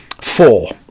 four